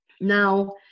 now